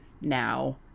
now